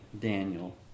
Daniel